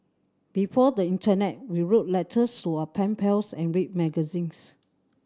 before the internet we wrote letters to our pen pals and read magazines